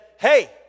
hey